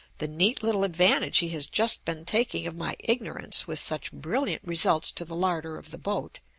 the neat little advantage he has just been taking of my ignorance with such brilliant results to the larder of the boat,